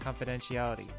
confidentiality